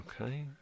Okay